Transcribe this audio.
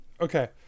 Okay